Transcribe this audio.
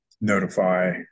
notify